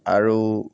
আৰু